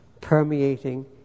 Permeating